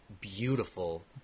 beautiful